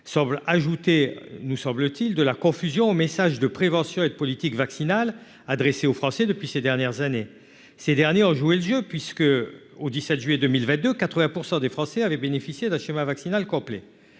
semble ajoutée nous semble-t-il, de la confusion au message de prévention et de politique vaccinale adressés aux Français depuis ces dernières années, ces derniers ont joué le jeu puisque au 17 juillet 2000 va de 80 pour 100 des Français avaient bénéficié d'un schéma vaccinal complet,